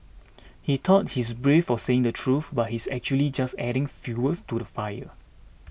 he thought he's brave for saying the truth but he's actually just adding fuels to the fire